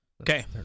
Okay